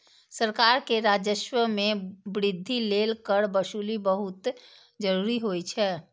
सरकार के राजस्व मे वृद्धि लेल कर वसूली बहुत जरूरी होइ छै